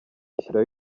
ashyiraho